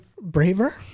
braver